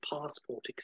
passport